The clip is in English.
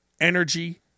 Energy